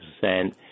percent